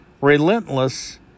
relentless